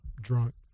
drunk